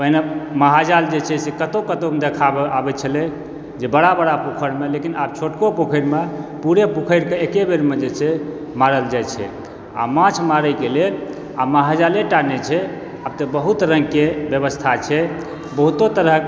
पहिने महाजाल जे छै कतौ कतौ देखार आबै छलै जे बड़ा बड़ा पोखरिमे लेकिन आब छोटको पोखरिमे पूरे पोखरिके एकहिबेरमे जे छै मारल जाइ छै आ माँछ मारैके लेल महाजालेटा नहि छै आब तऽ बहुत रंग के व्यवस्था छै बहुतो तरहक